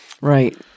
Right